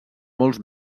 molts